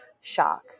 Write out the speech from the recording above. shock